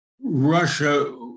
Russia